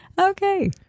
Okay